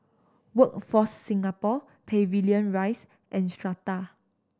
Workforce Singapore Pavilion Rise and Strata